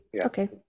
okay